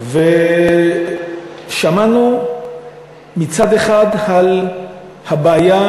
שמענו מצד אחד על הבעיה,